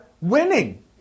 winning